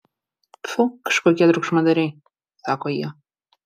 pfu kažkokie triukšmadariai sako jie